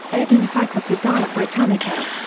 ed. encyclopaedia britannica.